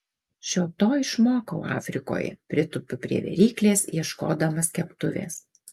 šio to išmokau afrikoje pritupiu prie viryklės ieškodamas keptuvės